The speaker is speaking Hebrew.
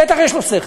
בטח יש לו שכל.